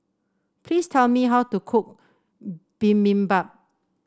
please tell me how to cook Bibimbap